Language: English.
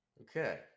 Okay